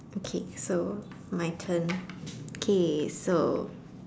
okay so my turn K so